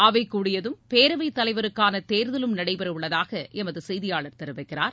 அவை கூடியதும் பேரவை தலைவருக்கான தேர்தலும் நடைபெறவுள்ளதாக எமது செய்தியாளர் தெரிவிக்கிறார்